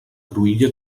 cruïlla